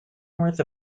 north